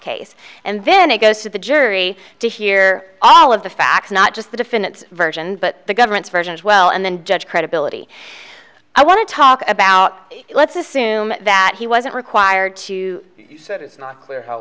case and then it goes to the jury to hear all of the facts not just the defendant's version but the government's version as well and then judge credibility i want to talk about it let's assume that he wasn't required to use it it's not clear how